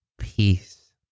peace